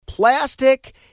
Plastic